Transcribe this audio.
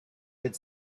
could